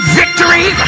victory